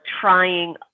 trying